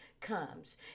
comes